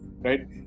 right